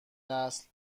نسل